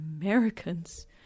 Americans